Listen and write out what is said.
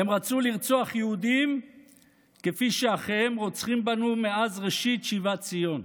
הם רצו לרצוח יהודים כפי שאחיהם רוצחים בנו מאז ראשית שיבת ציון.